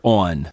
on